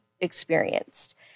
experienced